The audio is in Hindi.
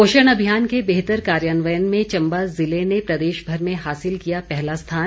पोषण अभियान के बेहतर कार्यान्वयन में चम्बा ज़िले ने प्रदेशभर में हासिल किया पहला स्थान